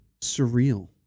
surreal